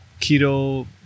keto